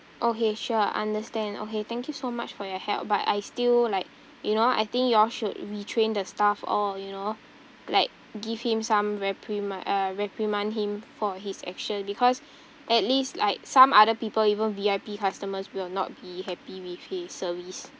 okay sure understand okay thank you so much for your help but I still like you know I think you all should retrain the staff all you know like give him some reprima~ uh reprimand him for his action because at least like some other people even V_I_P customers will not be happy with his service